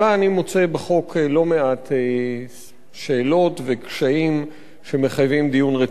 אני מוצא בחוק לא מעט שאלות וקשיים שמחייבים דיון רציני.